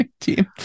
team